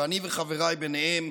ואני וחבריי ביניהם,